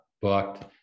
booked